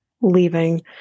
leaving